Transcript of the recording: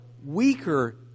weaker